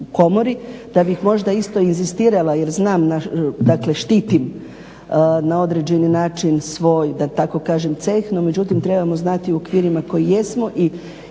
da bih možda isto inzistirala jer znam, dakle štitim na određeni način svoj da tako kažem ceh no međutim trebamo znati u okvirima kojim jesmo i